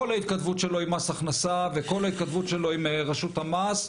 וכל ההתכתבות שלו עם מס הכנסה ועם רשות המס,